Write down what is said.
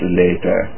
later